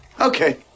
Okay